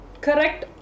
correct